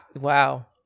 Wow